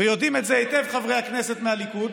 יודעים את זה היטב חברי הכנסת מהליכוד,